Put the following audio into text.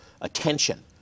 attention